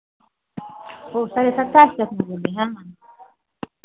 वो साढ़े सत्ताईस तक में बोली हैं